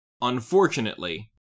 unfortunately